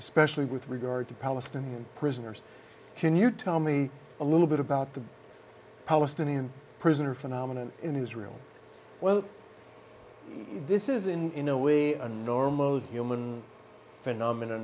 especially with regard to palestinian prisoners can you tell me a little bit about the palestinian prisoner phenomenon in israel well this isn't in a way a normal human phenomena